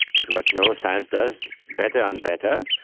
it's what neuroscience does better and better,